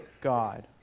God